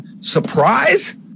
Surprise